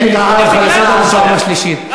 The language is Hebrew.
אל תיתן לי לקרוא אותך לסדר בפעם השלישית,